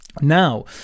Now